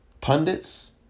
pundits